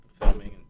filming